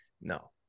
no